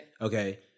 Okay